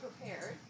prepared